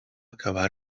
acabar